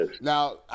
Now